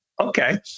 okay